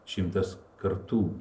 šimtas kartų